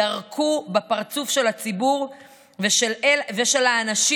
ירקו בפרצוף של הציבור ושל האנשים